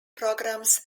programmes